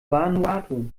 vanuatu